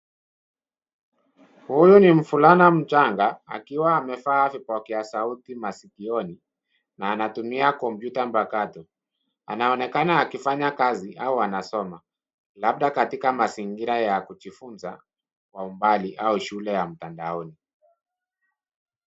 Huyu ni mvulana mchanga akiwa amevaa vipokea sauti maskioni na anatumia kompyuta mpakato, anaonekana akifanya kazi au anasoma labda katika mzingira ya kujifunza kwa umbali au shule ya mtandaoni.